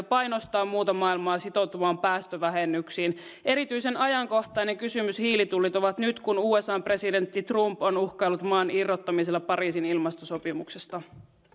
painostaa muuta maailmaa sitoutumaan päästövähennyksiin erityisen ajankohtainen kysymys hiilitullit ovat nyt kun usan presidentti trump on uhkaillut maan irrottamisella pariisin ilmastosopimuksesta